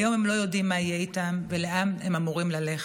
היום הם לא יודעים מה יהיה איתם ולאן הם אמורים ללכת.